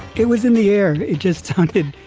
it was in the air it just hunted.